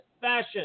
fashion